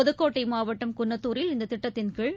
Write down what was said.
புதுக்கோட்டை மாவட்டம் குன்னத்தூரில் இந்த திட்டத்தின்கீழ்